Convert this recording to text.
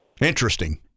Interesting